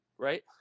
Right